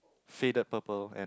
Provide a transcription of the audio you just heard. faded purple and